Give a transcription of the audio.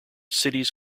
cities